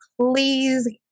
please